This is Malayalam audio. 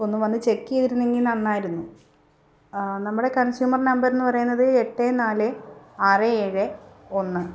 ഒന്ന് വന്ന് ചെക്ക് ചെയ്തിരുന്നെങ്കിൽ നന്നായിരുന്നു നമ്മുടെ കൺസ്യൂമർ നമ്പർ എന്ന് പറയുന്നത് എട്ട് നാല് ആറ് ഏഴ് ഒന്ന്